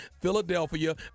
Philadelphia